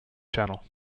channel